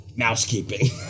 mousekeeping